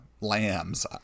lambs